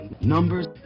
Numbers